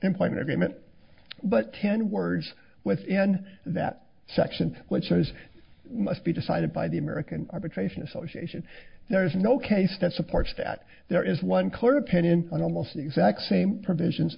employment agreement but ten words within that section which says must be decided by the american arbitration association there is no case that supports that there is one clear opinion on almost exact same provisions